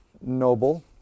noble